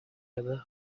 other